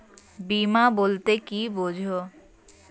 বিমা বলতে কি বোঝায়?